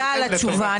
תודה על התשובה.